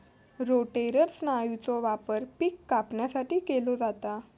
rotator स्नायूचो वापर पिक कापणीसाठी केलो जाता